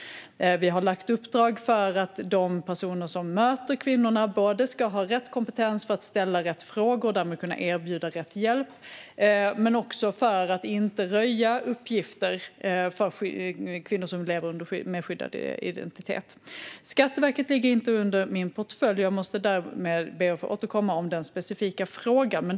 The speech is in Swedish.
Vi har gett uppdrag för att de som möter kvinnorna ska ha rätt kompetens både för att ställa rätt frågor och därmed kunna erbjuda rätt hjälp och för att inte röja uppgifter om kvinnor som lever med skyddad identitet. Skatteverket ligger inte under min portfölj. Jag måste därmed be att få återkomma om den specifika frågan.